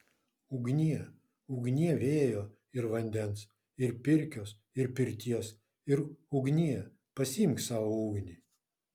ugnie ugnie vėjo ir vandens ir pirkios ir pirties ir ugnie pasiimk savo ugnį